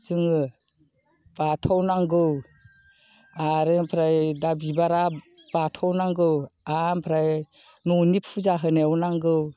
जोङो बाथौआव नांगौ आरो ओमफ्राय दा बिबारा बाथौआव नांगौ ओमफ्राय न'नि फुजा होनायाव नांगौ